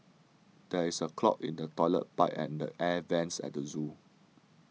there is a clog in the Toilet Pipe and the Air Vents at the zoo